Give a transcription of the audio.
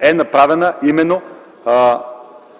е направена именно